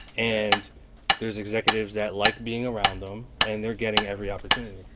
and there's executives that like being around them. and they're getting every opportunity.